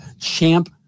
CHAMP